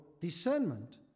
discernment